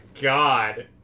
God